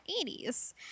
80s